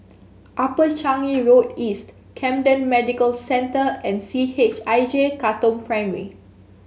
Upper Changi Road East Camden Medical Centre and C H I J Katong Primary